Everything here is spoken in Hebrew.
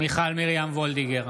מיכל מרים וולדיגר,